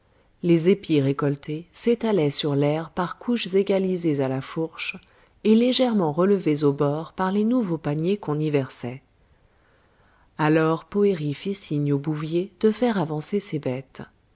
les épis récoltés s'étalaient sur l'aire par couches égalisées à la fourche et légèrement relevées au bord par les nouveaux paniers qu'on y versait alors poëri fit signe au bouvier de faire avancer ses bêtes